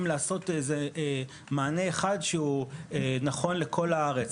לעשות איזה מענה אחד שהוא נכון לכל הארץ,